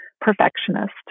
perfectionist